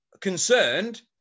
concerned